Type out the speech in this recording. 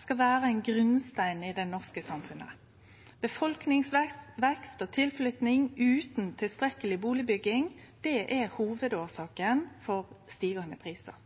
skal vere ein grunnstein i det norske samfunnet. Befolkningsvekst og tilflytting utan tilstrekkeleg bustadbygging er hovudårsaka til stigande prisar.